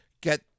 get